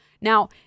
Now